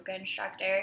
instructor